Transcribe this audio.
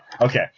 Okay